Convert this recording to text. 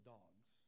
dogs